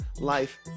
life